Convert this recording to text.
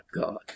God